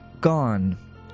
Gone